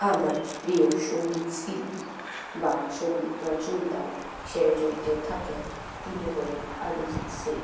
আমার প্রিয় সঙ্গীতশিল্পী বা সঙ্গীত রচয়িতা হিসাবে যদি কেউ থাকেন তিনি হলেন অরিজিৎ সিং